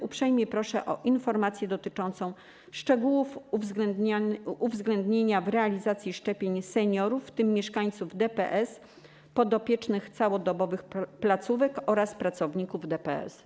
Uprzejmie proszę o informację dotyczącą szczegółów związanych z uwzględnieniem w realizacji szczepień seniorów, w tym mieszkańców DPS, podopiecznych całodobowych placówek oraz pracowników DPS.